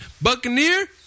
buccaneer